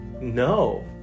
No